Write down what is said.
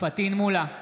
פטין מולא,